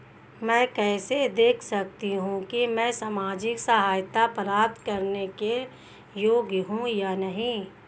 मैं कैसे देख सकती हूँ कि मैं सामाजिक सहायता प्राप्त करने के योग्य हूँ या नहीं?